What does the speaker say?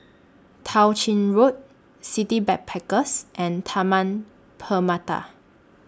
Tao Ching Road City Backpackers and Taman Permata